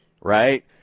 right